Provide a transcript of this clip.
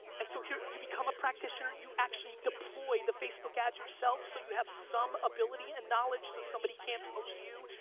and so you become a practitioner. you actually deploy the facebook ads yourself so you have some ability and knowledge so somebody can't hose you.